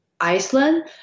Iceland